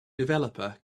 developer